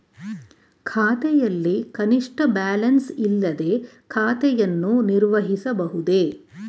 ಖಾತೆಯಲ್ಲಿ ಕನಿಷ್ಠ ಬ್ಯಾಲೆನ್ಸ್ ಇಲ್ಲದೆ ಖಾತೆಯನ್ನು ನಿರ್ವಹಿಸಬಹುದೇ?